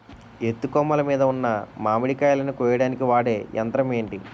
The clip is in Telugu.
ఎత్తు కొమ్మలు మీద ఉన్న మామిడికాయలును కోయడానికి వాడే యంత్రం ఎంటి?